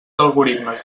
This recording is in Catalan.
algoritmes